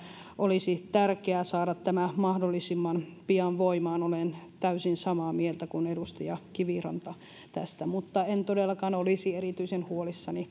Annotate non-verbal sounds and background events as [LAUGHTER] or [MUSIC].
olisi tärkeää saada tämä mahdollisimman pian voimaan olen tästä täysin samaa mieltä kuin edustaja kiviranta mutta en todellakaan olisi erityisen huolissani [UNINTELLIGIBLE]